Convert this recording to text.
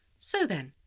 so then,